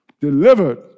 delivered